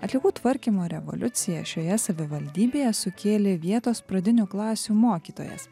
atliekų tvarkymo revoliuciją šioje savivaldybėje sukėlė vietos pradinių klasių mokytojas